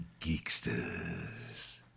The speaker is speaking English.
Geekster's